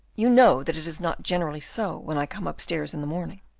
you know that it is not generally so when i come upstairs in the morning.